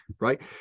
right